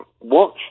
Watch